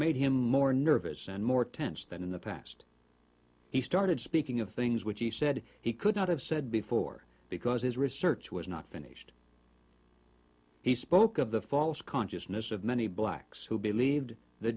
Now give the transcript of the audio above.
made him more nervous and more tense than in the past he started speaking of things which he said he could not have said before because his research was not finished he spoke of the false consciousness of many blacks who believed the